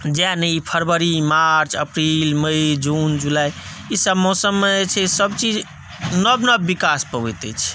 जेना ई फरवरी मार्च अप्रैल मई जून जुलाई ई सभ मौसममे जे छै सभ चीज नव नव विकास पबैत अछि